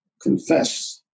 confess